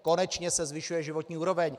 Konečně se zvyšuje životní úroveň.